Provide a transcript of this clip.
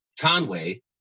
Conway